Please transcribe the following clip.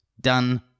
Done